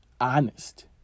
honest